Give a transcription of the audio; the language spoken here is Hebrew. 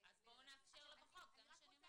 --- אז בואו נאפשר לה בחוק, זה מה שאני אומרת.